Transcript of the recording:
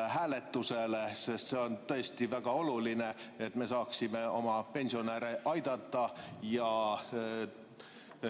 hääletusele, sest see on tõesti väga oluline, et me saaksime oma pensionäre aidata ja